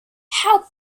how